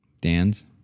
Dan's